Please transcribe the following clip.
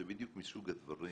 זה בדיוק מסוג הדברים